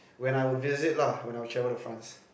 when I would visit lah when I travel to France